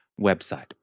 website